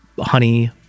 honey